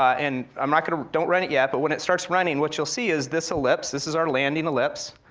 and i'm not gonna, don't run it yet, but when it starts running, what you'll see is this ellipse, this is our landing ellipse,